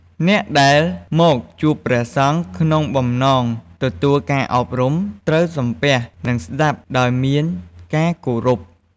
អ្នកដែលមកជួបព្រះសង្ឃក្នុងបំណងទទួលការអប់រំ ត្រូវសំពះនិងស្តាប់ដោយមានការគោរព។